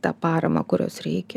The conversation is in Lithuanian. tą paramą kurios reikia